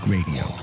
Radio